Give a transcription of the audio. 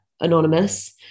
anonymous